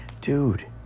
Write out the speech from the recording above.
dude